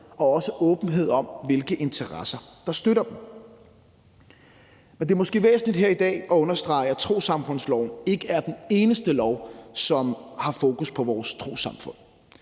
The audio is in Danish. – også åbenhed om, hvilke interesser der støtter dem. Det er måske væsentligt her i dag at understrege, at trossamfundsloven ikke er den eneste lov, der har fokus på vores trossamfund.